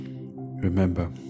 remember